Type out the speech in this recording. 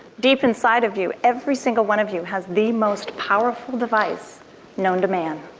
deep inside of you, every single one of you has the most powerful device known to man.